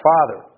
Father